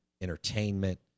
entertainment